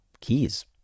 keys